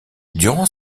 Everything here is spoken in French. durant